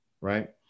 right